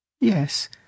Yes